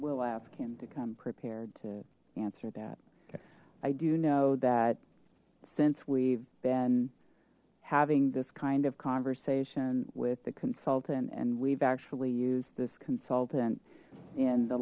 we'll ask him to come prepared to answer that i do know that since we've been having this kind of conversation with the consultant and we've actually used this consultant in the